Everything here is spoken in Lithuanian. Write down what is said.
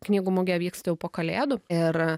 knygų mugė vyksta jau po kalėdų ir